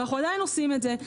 אנחנו עדיין עושים את זה.